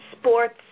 sports